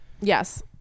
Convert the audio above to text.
Yes